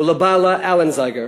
ולבעלה אלן זייגר.